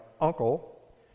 uncle